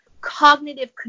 cognitive